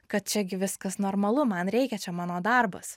kad čia gi viskas normalu man reikia čia mano darbas